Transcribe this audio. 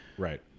Right